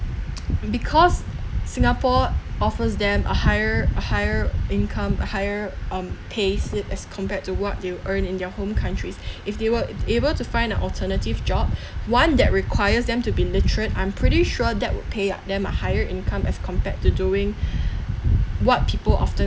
because singapore offers them a higher a higher income higher um payslip it as compared to what they would earn in their home countries if they were able to find an alternative job one that requires them to be literate i'm pretty sure that would pay them a higher income as compared to doing what people often